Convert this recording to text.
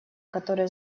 которые